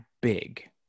big